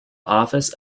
office